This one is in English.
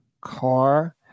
car